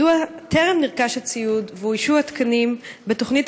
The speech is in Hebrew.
2. מדוע טרם נרכש הציוד ואוישו התקנים בתוכנית